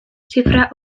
zifra